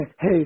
Hey